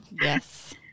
Yes